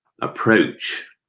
approach